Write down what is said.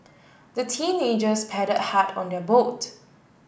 the teenagers paddled hard on their boat